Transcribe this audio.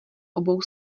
obou